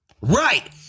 Right